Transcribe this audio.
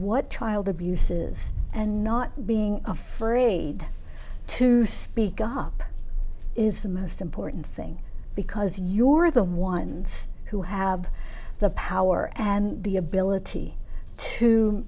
what child abuse is and not being afraid to speak up is the most important thing because you are the ones who have the power and the ability to